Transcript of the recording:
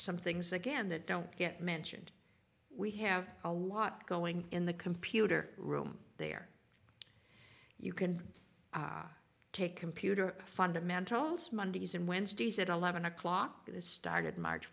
some things again that don't get mentioned we have a lot going in the computer room there you can take computer fundamentals mondays and wednesdays at eleven o'clock this started march